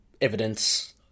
evidence